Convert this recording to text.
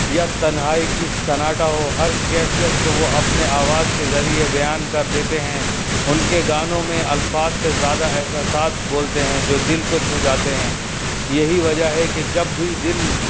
یا تنہائی کی سناٹا ہو ہر کیفیت کو وہ اپنے آواز کے ذریعے بیان کر دیتے ہیں ان کے گانوں میں الفاظ سے زیادہ احساسات بولتے ہیں جو دل کو چھو جاتے ہیں یہی وجہ ہے کہ جب بھی دل